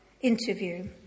interview